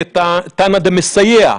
קטע, תַּנָּא דִּמְסַיַּע,